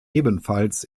ebenfalls